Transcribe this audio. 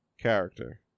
Character